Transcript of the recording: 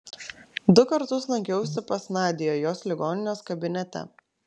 du kartus lankiausi pas nadią jos ligoninės kabinete